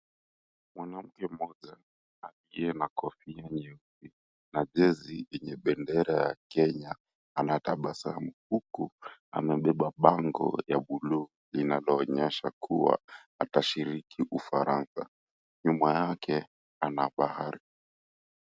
Mwanamke mmoja aliye na kofia nyeupe na jezi yenye bendera ya Kenya anatabasamu, huku amebeba bango ya bluu linaloonyesha kuwa atashiriki Ufaransa nyuma yake ana bahari.